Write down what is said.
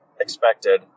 expected